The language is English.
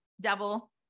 devil